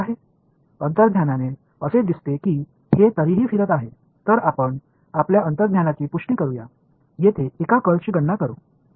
உள்ளுணர்வுடன் பார்த்தால் அதுபோல் இல்லை எனவே நாம் உள்ளுணர்வை உறுதிப்படுத்தும் விதமாக கர்லை கணக்கிடுவோம்